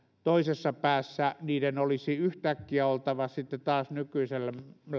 toisessa päässä niiden olisi yhtäkkiä oltava taas nykyisellä